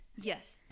Yes